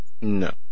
No